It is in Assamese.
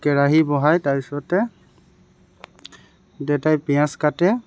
কেৰাহী বহাই তাৰপিছতে দেউতাই পিঁয়াজ কাটে